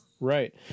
right